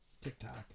TikTok